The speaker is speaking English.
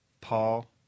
Paul